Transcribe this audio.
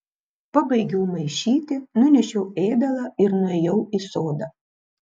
pabaigiau maišyti nunešiau ėdalą ir nuėjau į sodą